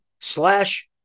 slash